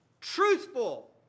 truthful